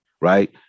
right